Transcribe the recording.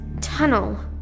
tunnel